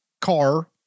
car